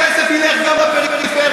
הכסף ילך גם לפריפריה.